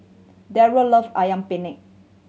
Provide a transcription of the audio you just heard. Derrell love Ayam Penyet